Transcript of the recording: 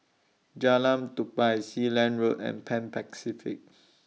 Jalan Tupai Sealand Road and Pan Pacific